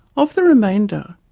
of the remainder,